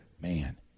man